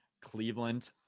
Cleveland